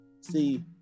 see